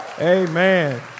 Amen